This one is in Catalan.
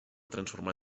transformar